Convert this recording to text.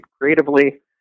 creatively